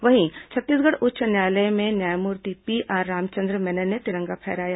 वहीं छत्तीसगढ़ उच्च न्यायालय में न्यायमूर्ति पीआर रामचंद्र मेनन ने तिरंगा फहराया